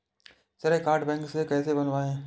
श्रेय card bank से कैसे बनवाएं?